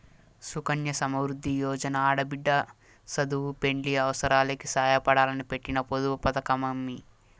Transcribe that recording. సుకన్య సమృద్ది యోజన ఆడబిడ్డ సదువు, పెండ్లి అవసారాలకి సాయపడాలని పెట్టిన పొదుపు పతకమమ్మీ